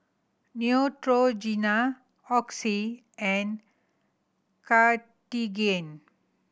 Neutrogena Oxy and Cartigain